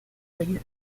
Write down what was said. olho